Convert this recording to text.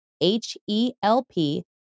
H-E-L-P